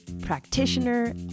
practitioner